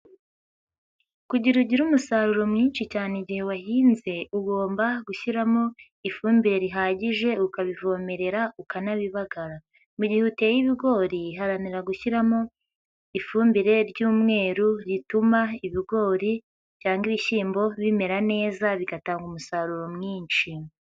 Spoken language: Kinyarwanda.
Kugira ugire umusaruro mwinshi cyane igihe wahinze, ugomba gushyiramo ifumbire rihagije, ukabivomerera, ukanabibagara. Mu gihe uteye ibigori, haranira gushyiramo ifumbire ry'umweru rituma ibigori cyangwa ibishyimbo bimera neza, bigatanga umusaruro mwinshi.